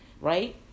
right